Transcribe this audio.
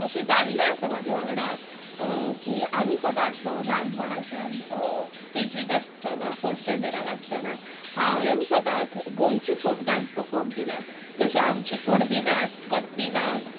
अशें जाल्लें आसा म्हाजे वांगडा की आमी सदांच न्हू ल्हानपणाच्यान केजीक आसतना फर्स्ट स्टँडर्डाक आसतना हांवें सदांत गोंयची फोक डांस पफोर्म केल्या जशें आमची कुणबी नाच कट्टी नाच